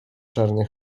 czarne